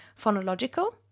phonological